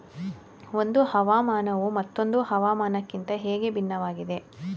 ಒಂದು ಹವಾಮಾನವು ಮತ್ತೊಂದು ಹವಾಮಾನಕಿಂತ ಹೇಗೆ ಭಿನ್ನವಾಗಿದೆ?